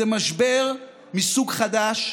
זה משבר מסוג חדש,